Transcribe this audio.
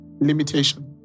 limitation